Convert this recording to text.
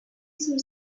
sur